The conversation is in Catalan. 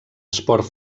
esport